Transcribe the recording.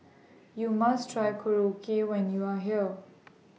YOU must Try Korokke when YOU Are here